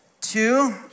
Two